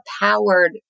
powered